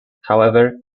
however